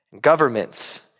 governments